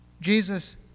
Jesus